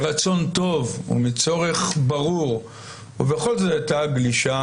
מרצון טוב ומצורך ברור ובכל זאת הייתה גלישה,